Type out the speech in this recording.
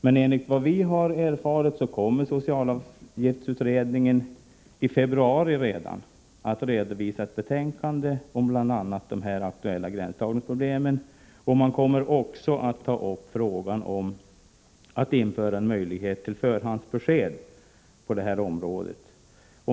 Men enligt vad vi har erfarit kommer socialavgiftsutredningen redan i februari att redovisa ett betänkande om bl.a. de aktuella gränsdragningsproblemen. Man kommer också att ta upp frågan om införande av ett förhandsbesked på det här området.